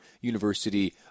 University